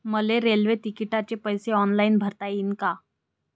मले रेल्वे तिकिटाचे पैसे ऑनलाईन भरता येईन का?